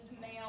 male